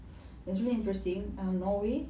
it's very interesting um norway